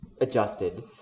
adjusted